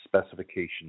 specifications